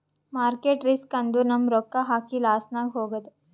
market risk ಅಂದುರ್ ನಮ್ ರೊಕ್ಕಾ ಹಾಕಿ ಲಾಸ್ನಾಗ್ ಹೋಗದ್